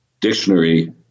dictionary